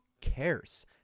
cares